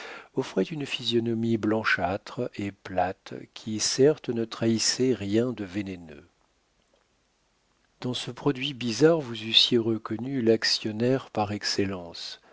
offrait une physionomie blanchâtre et plate qui certes ne trahissait rien de vénéneux dans ce produit bizarre vous eussiez reconnu l'actionnaire par excellence